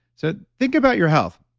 so think about your health.